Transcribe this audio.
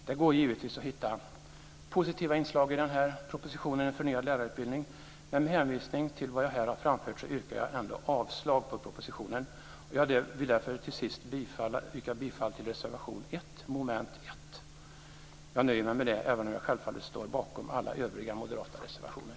Det går givetvis att hitta positiva inslag i den här propositionen En förnyad lärarutbildning, men med hänvisning till vad jag här har framfört yrkar jag ändå avslag på propositionen. Till sist vill jag yrka bifall till reservation 1 under mom. 1. Jag nöjer mig med det, även om jag självfallet står bakom alla övriga moderata reservationer.